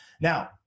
Now